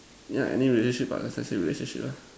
yeah any relationship ah that's why I say relationship lah